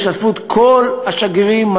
בהשתתפות כל השגרירים,